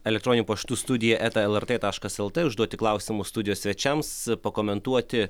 elektroniniu paštu studija lrt taškas lt užduoti klausimus studijos svečiams pakomentuoti